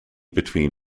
between